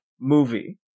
movie